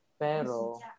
Pero